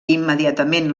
immediatament